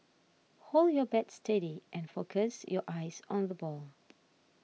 hold your bat steady and focus your eyes on the ball